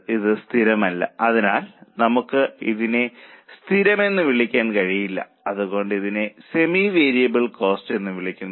ഇത് സ്ഥിരമല്ല അതിനാൽ നമുക്ക് ഇതിനെ സ്ഥിരമെന്ന് വിളിക്കാൻ കഴിയില്ല അതുകൊണ്ടാണ് ഇതിനെ സെമി വേരിയബിൾ കോസ്റ്റ് എന്ന് വിളിക്കുന്നത്